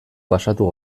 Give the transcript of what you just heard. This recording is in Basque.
pasatu